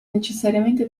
necessariamente